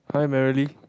hi Merrily